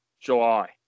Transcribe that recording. July